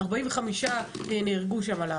45 נהרגו שם על ההר,